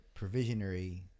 provisionary